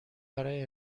برای